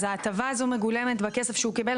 אז ההטבה הזאת מגולמת בכסף שהוא קיבל,